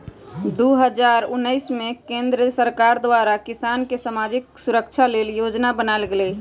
दू हज़ार उनइस में केंद्र सरकार द्वारा किसान के समाजिक सुरक्षा लेल जोजना बनाएल गेल रहई